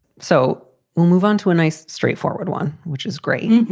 so we'll move on to a nice, straightforward one, which is great.